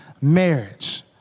marriage